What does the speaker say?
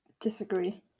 Disagree